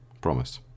Promise